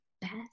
best